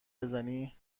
بزنی